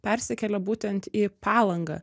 persikėlė būtent į palangą